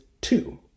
two